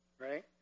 right